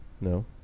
No